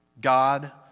God